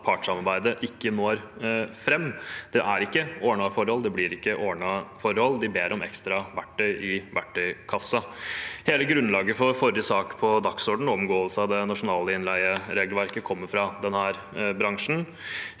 partssamarbeidet ikke når fram. Det er ikke ordnede forhold. Det blir ikke ordnede forhold. De ber om ekstra verktøy i verktøykassen. Hele grunnlaget for forrige sak på dagsordenen – omgåelse av det nasjonale innleieregelverket – kommer fra denne bransjen.